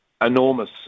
Enormous